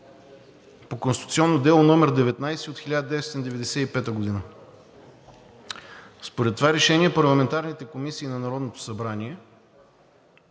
по Конституционно дело № 19 от 1995 г. Според това решение парламентарните комисии на Народното събрание